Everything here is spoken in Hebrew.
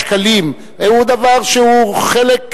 היו"ר ראובן